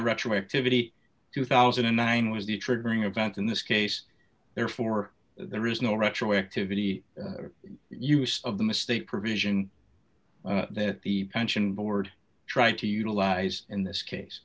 retroactivity two thousand and nine was the triggering event in this case therefore there is no retroactivity use of the mistake provision that the pension board tried to utilize in this case